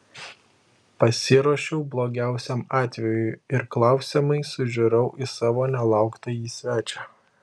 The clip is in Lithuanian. pasiruošiau blogiausiam atvejui ir klausiamai sužiurau į savo nelauktąjį svečią